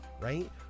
right